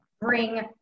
bring